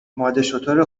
مادهشتر